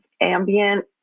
ambient